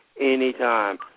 anytime